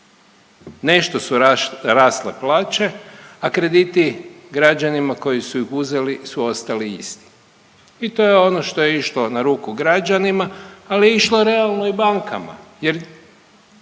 Nešto su rasle plaće, a krediti građanima koji su ih uzeli su ostali isti. I to je ono što je išlo na ruku građanima, a išlo je realno i bankama